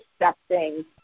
accepting